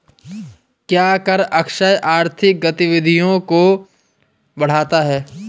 क्या कर आश्रय आर्थिक गतिविधियों को बढ़ाता है?